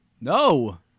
No